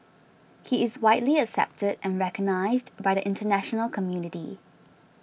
he is widely accepted and recognised by the international community